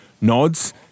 nods